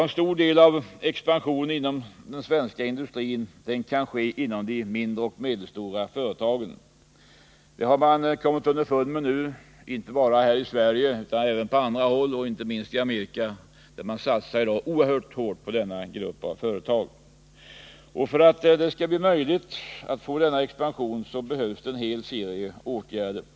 En stor del av expansionen inom den svenska industrin kan ske genom en utökning av de mindre och medelstora företagen. Det har man kommit underfund med inte bara i Sverige utan även på andra håll i världen. Inte minst i Amerika satsar man oerhört hårt på denna grupp av företag. För att möjliggöra denna expansion behöver en hel serie åtgärder vidtas.